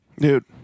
Dude